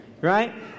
right